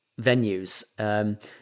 venues